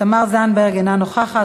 תמר זנדברג אינה נוכחת.